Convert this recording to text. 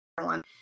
one